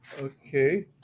okay